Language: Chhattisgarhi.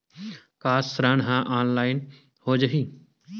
का ऋण ह ऑनलाइन हो जाही?